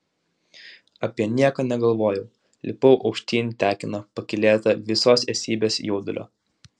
apie nieką negalvojau lipau aukštyn tekina pakylėta visos esybės jaudulio